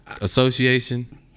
Association